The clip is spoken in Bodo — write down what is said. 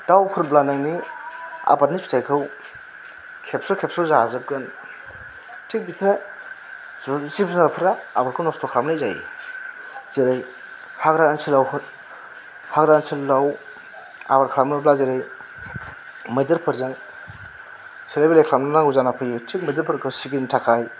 दाउफोरब्ला नोंनि आबादनि फिथाइखौ खेबस' खेबस' जाजोबगोन थिक बिदिनो जिब जुनारफ्रा आबाद नस्थ' खासलामनाय जायो जेरै हाग्रा ओनसोलाव हो हाग्रा ओनसोलाव आबाद खालामोब्ला जेरै मैदेरफोरजों सेलाय बेलाय खालामनो नांगौ जानानै फैयो थिक मैदेरफोरखौ सिगिनो थाखाय